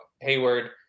Hayward